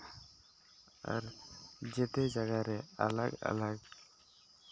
ᱟᱨ ᱡᱮᱛᱮ ᱡᱟᱭᱜᱟ ᱨᱮ ᱟᱞᱟᱜᱽ ᱟᱞᱟᱜᱽ